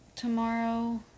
tomorrow